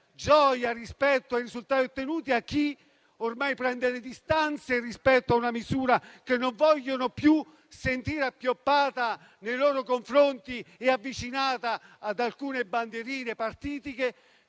gioia rispetto ai risultati ottenuti, a coloro ormai che prendono le distanze rispetto a una misura che non vogliono più sentire appioppata nei loro confronti e avvicinata ad alcune bandierine partitiche;